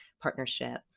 partnership